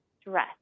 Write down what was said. stress